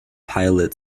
pilot